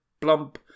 Plump